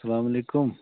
سلام علیکُم